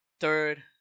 third